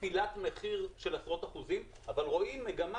נפילת מחיר של עשרות אחוזים אבל רואים מגמה